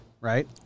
right